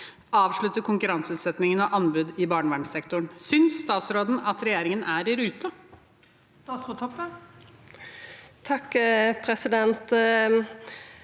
avslutte konkurranseutsettingen av anbud i barnevernssektoren. Synes statsråden at regjeringen er i rute?